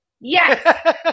Yes